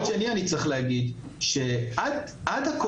מצד שני אני צריך להגיד שעד הקורונה,